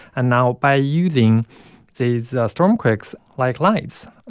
and now by using these stormquakes like lights,